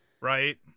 right